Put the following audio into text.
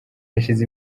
hashize